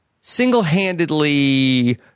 single-handedly